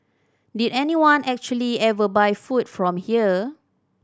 did anyone actually ever buy food from here